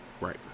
right